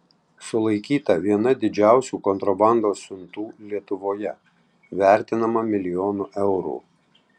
sulaikyta viena didžiausių kontrabandos siuntų lietuvoje vertinama milijonu eurų